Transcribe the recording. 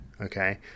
okay